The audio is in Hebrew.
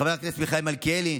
חבר הכנסת מיכאל מלכיאלי,